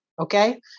okay